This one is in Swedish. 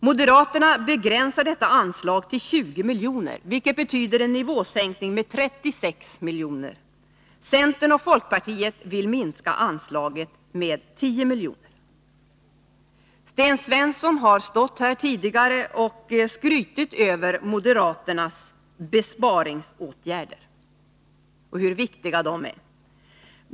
Moderaterna vill begränsa detta anslag till 20 milj.kr., vilket betyder en nivåsänkning med 36 milj.kr. Centern och folkpartiet vill minska anslaget med 10 miljoner. Sten Svensson har tidigare stått här i talarstolen och skrutit över moderaternas besparingsåtgärder och talat om hur viktiga de är.